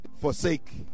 Forsake